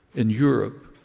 in europe,